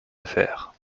affaires